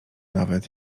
nawet